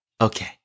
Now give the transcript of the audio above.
Okay